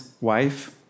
wife